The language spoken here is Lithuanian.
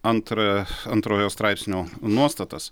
antrą antrojo straipsnio nuostatas